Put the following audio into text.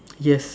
yes